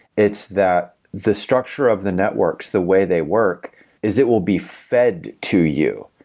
it's that the structure of the networks, the way they work is it will be fed to you.